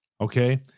okay